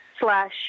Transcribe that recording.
slash